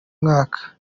mwaka